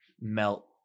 melt